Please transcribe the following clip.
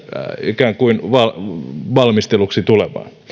ikään kuin valmisteluksi tulevaan